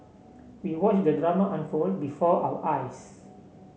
we watched the drama unfold before our eyes